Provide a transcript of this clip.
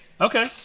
okay